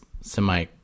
semi